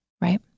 right